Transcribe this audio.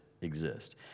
exist